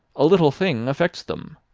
a little thing affects them.